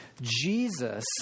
Jesus